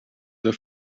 the